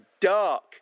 dark